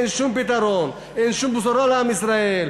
אין שום פתרון, אין שום בשורה לעם ישראל.